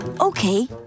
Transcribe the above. okay